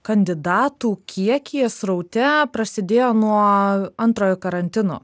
kandidatų kiekyje sraute prasidėjo nuo antrojo karantino